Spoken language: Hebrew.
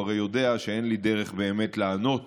הוא הרי יודע שאין לי דרך באמת לענות